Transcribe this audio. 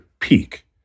peak